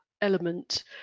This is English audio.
element